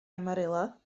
amarillo